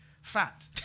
Fat